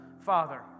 Father